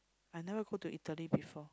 I never go to Italy before